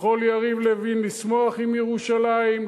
יכול יריב לוין לשמוח עם ירושלים,